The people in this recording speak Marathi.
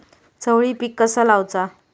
चवळी पीक कसा लावचा?